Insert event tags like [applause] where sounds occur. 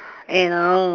and [noise]